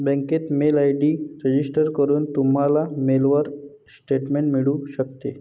बँकेत mail ID register करून, तुम्हाला मेलवर स्टेटमेंट मिळू शकते